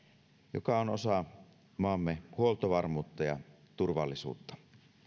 joka on osa maamme huoltovarmuutta ja turvallisuutta